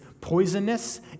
poisonous